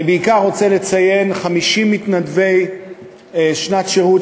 אני בעיקר רוצה לציין 50 מתנדבי שנת שירות,